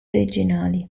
originali